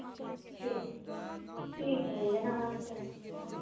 ठीक ठीक है भैया नमस्ते